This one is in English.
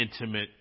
intimate